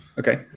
Okay